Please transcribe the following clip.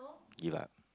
give up